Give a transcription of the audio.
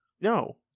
No